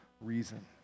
reason